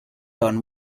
own